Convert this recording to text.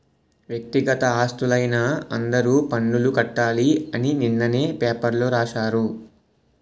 వ్యక్తిగత ఆస్తులైన అందరూ పన్నులు కట్టాలి అని నిన్ననే పేపర్లో రాశారు